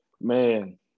Man